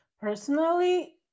Personally